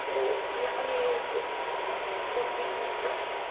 तो यह भी एक गंभीर मुद्दा है